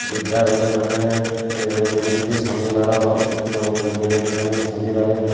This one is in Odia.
ବିଦ୍ୟାଳୟରେ ମାନେ ଯେମିତିକି ଶନିବାର ଦେଖିବାକୁ ଗଲେ ବହୁତ ମାନେ ଶନିବାର